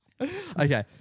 Okay